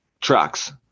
trucks